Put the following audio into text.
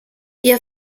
ihr